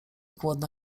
głodna